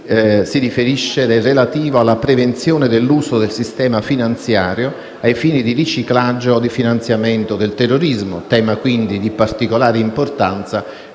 15 è relativo alla prevenzione dell'uso del sistema finanziario a fini di riciclaggio o di finanziamento del terrorismo, tema quindi di particolare importanza